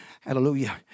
hallelujah